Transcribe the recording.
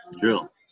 drill